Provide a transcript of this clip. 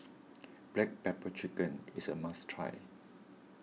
Black Pepper Chicken is a must try